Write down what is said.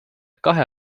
kahe